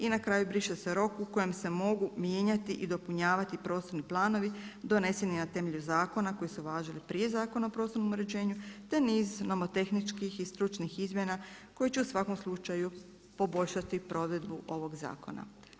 I na kraju briše se rok u kojem se mogu mijenjati i dopunjavati prostorni planovi doneseni na temelju zakona koji su važili prije Zakona o prostornom uređenju te niz nomotehničkih i stručnih izmjena koji će u svakom slučaju poboljšati provedbu ovog zakona.